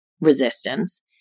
resistance